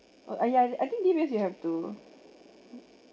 oh ah yeah I think D_B_S you have to mm